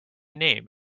name